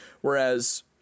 Whereas